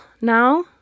now